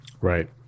Right